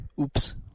Oops